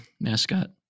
mascot